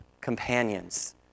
companions